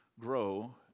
grow